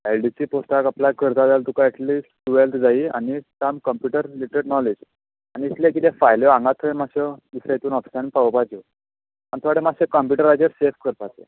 L D C पॉस्टाक apply करता जाल्यार तुका एटलिस्ट टुवॅल्त जायी आनीक साम कंप्युटर रिलेटड नॉलेज आनी इतले कितें फायल्यो हांगा थंय मात्श्यो वचून पळोवपाच्यो आनी थोडो मात्सो कंप्यूटराचेर फॅस करपाचो